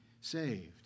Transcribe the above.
saved